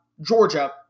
Georgia